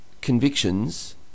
convictions